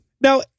Now